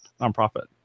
nonprofit